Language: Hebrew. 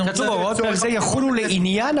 ריחמו עליכם.